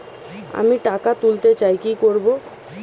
আমি টাকা তুলতে চাই কি করব?